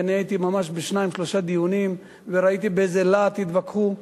ואני הייתי ממש בשניים-שלושה דיונים וראיתי באיזה להט התווכחו,